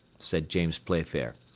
said james playfair,